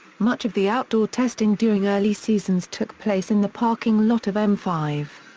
much of the outdoor testing during early seasons took place in the parking lot of m five.